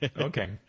okay